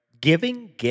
Giving